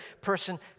person